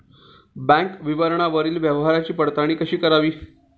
Bank विवरणावरील व्यवहाराची पडताळणी कशी करावी?